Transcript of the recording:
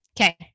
okay